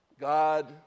God